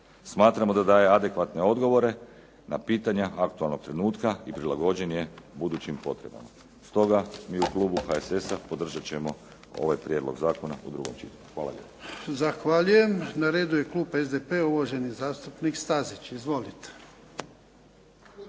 Smatramo da daje adekvatne odgovore na pitanja aktualnog trenutka i prilagođen je budućim potrebama. Stoga mi u klubu HSS-a podržat ćemo ovaj prijedlog zakona u drugom čitanju. Hvala